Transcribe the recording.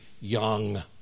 young